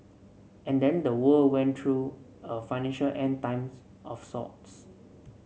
and then the world went through a financial End Times of sorts